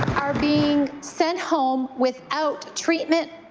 are being sent home without treatment,